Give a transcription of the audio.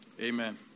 Amen